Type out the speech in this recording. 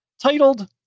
titled